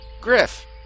Griff